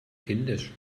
kindisch